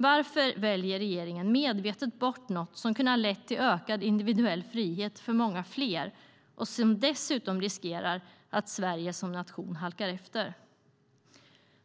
Varför väljer regeringen medvetet bort något som kunde ha lett till ökad individuell frihet för många fler och som dessutom gör att Sverige som nation riskerar att halka efter?